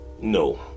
no